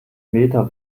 meter